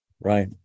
Right